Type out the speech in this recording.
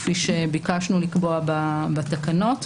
כפי שביקשנו לקבוע בתקנות,